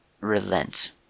relent